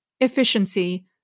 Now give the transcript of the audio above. efficiency